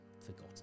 forgotten